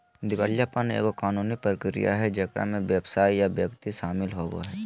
दिवालियापन एगो कानूनी प्रक्रिया हइ जेकरा में व्यवसाय या व्यक्ति शामिल होवो हइ